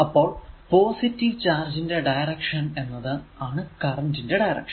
അപ്പോൾ positive charge ന്റെ direction എന്നത് ആണ് കറന്റ് ന്റെ ഡയറൿഷൻ